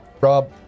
Rob